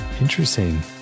interesting